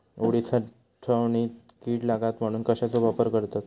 उडीद साठवणीत कीड लागात म्हणून कश्याचो वापर करतत?